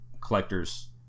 collector's